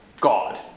God